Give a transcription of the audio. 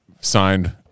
signed